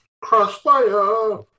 Crossfire